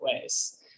ways